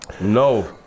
No